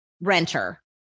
renter